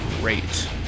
great